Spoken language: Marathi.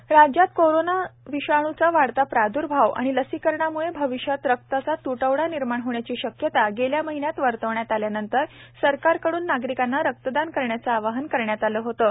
रक्तदान राज्यातकोरोनाचाविषाणूचावाढताप्राद्र्भावआणिलसीकरणामुळेअविष्यातरक्ताचात्टवडानिर्माणहोण्याचीश क्यता गेल्यामहिन्यातवर्तवण्यातआल्यानंतर सरकारकडूननागरिकांनारक्तदानकरण्याचंआवाहनकरण्यातआलंहोतं